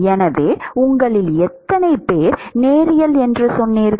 எனவே உங்களில் எத்தனை பேர் நேரியல் என்று சொன்னீர்கள்